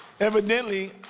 Evidently